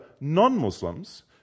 non-Muslims